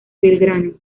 belgrano